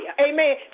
Amen